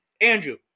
Andrew